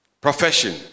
Profession